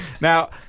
Now